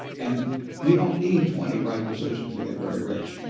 and you don't need twenty right decisions to get very rich.